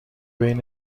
بین